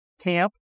camp